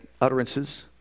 utterances